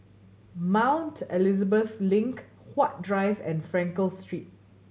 Mount Elizabeth Link Huat Drive and Frankel Street